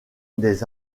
des